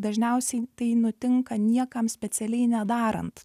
dažniausiai tai nutinka niekam specialiai nedarant